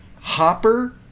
Hopper